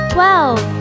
Twelve